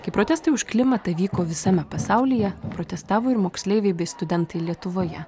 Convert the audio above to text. kai protestai už klimatą vyko visame pasaulyje protestavo ir moksleiviai bei studentai lietuvoje